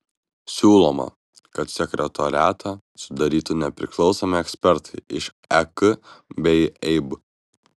siūloma kad sekretoriatą sudarytų nepriklausomi ekspertai iš ek bei eib